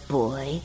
boy